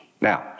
Now